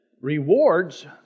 Rewards